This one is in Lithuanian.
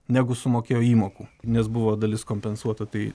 negu sumokėjo įmokų nes buvo dalis kompensuota tai